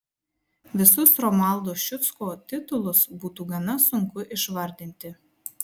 visus romualdo ščiucko titulus būtų gana sunku išvardinti